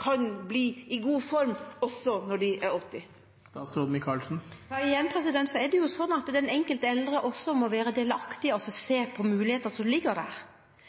kan bli i god form også når de er 80 år? Det er jo sånn at den enkelte eldre også må være delaktig og se mulighetene som